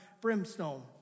brimstone